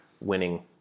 winning